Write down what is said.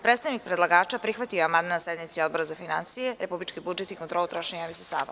Predstavnik predlagača prihvatio je amandman na sednici Odbora za finansije, republički budžet i kontrolu trošenja javnih sredstava.